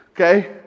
okay